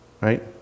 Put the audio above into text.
Right